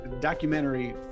Documentary